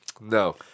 No